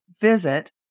visit